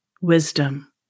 wisdom